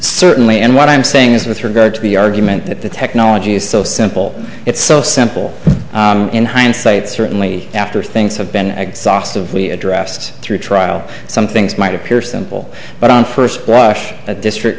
certainly and what i'm saying is with regard to the argument that the technology is so simple it's so simple in hindsight certainly after things have been exhausted if we addressed through trial some things might appear simple but on first blush a district